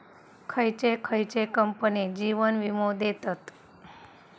खयचे खयचे कंपने जीवन वीमो देतत